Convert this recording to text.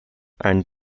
and